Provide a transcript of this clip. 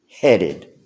headed